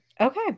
Okay